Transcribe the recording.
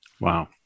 Wow